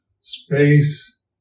space